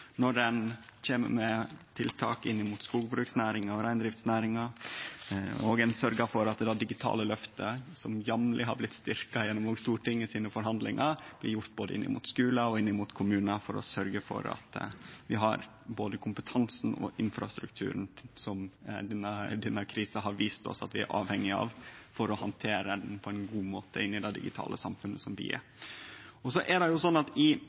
når ein kjem med tiltak til skogbruksnæringa og reindriftsnæringa, og når ein sørgjer for at det digitale løftet, som jamleg har blitt styrkt gjennom Stortingets forhandlingar, blir gjennomført både i skular og i kommunar, for å sørgje for at vi har både kompetansen og infrastrukturen som denne krisa har vist oss at vi er avhengige av for å handtere ho på ein god måte i det digitale samfunnet som vi er. I sånne kriser som vi står i no, blir alle ramma, og